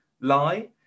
lie